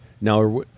Now